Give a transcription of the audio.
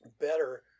better